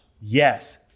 Yes